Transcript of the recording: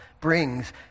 brings